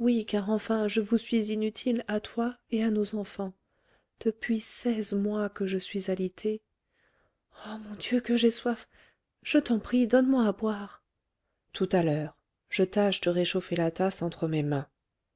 oui car enfin je vous suis inutile à toi et à nos enfants depuis seize mois que je suis alitée oh mon dieu que j'ai soif je t'en prie donne-moi à boire tout à l'heure je tâche de réchauffer la tasse entre mes mains